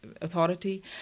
authority